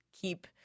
keep